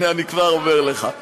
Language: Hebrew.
הנה אני כבר אומר לך.